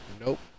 Nope